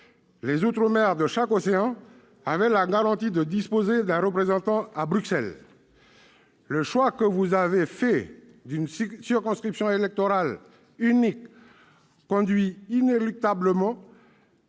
les outre-mer de chaque océan avaient donc la garantie de disposer d'un représentant à Bruxelles. Le choix qu'a fait le Gouvernement d'une circonscription électorale unique conduit inéluctablement